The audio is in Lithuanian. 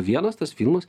vienas tas filmas